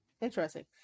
interesting